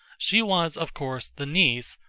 she was, of course, the niece,